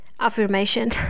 affirmation